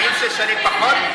חיים שש שנים פחות?